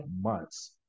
months